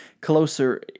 closer